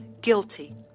Guilty